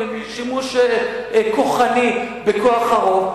כשימוש כוחני בכוח הרוב,